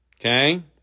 Okay